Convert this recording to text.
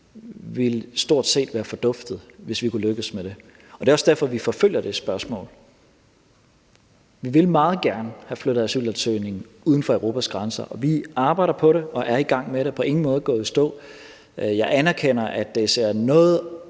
ville stort set være forduftet, hvis vi kunne lykkes med det. Og det er også derfor, vi forfølger det spørgsmål. Vi vil meget gerne have flyttet asylansøgningen uden for Europas grænser, og vi arbejder på det og er i gang med det og er på ingen måde gået i stå. Jeg anerkender, at det ser ud